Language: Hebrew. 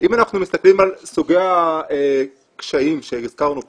אם אנחנו מסתכלים על סוגי הקשיים שהזכרנו קודם,